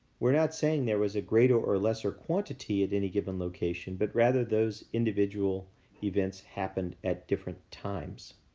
we're not saying there was a greater or lesser quantity at any given location but rather those individual events happened at different times.